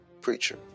preacher